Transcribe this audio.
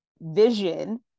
vision